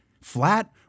Flat